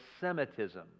Semitism